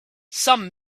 some